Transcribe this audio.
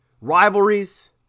Rivalries